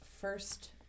first